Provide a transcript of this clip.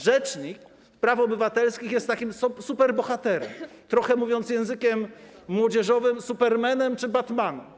Rzecznik praw obywatelskich jest takim superbohaterem, trochę mówiąc językiem młodzieżowym, Supermanem czy Batmanem.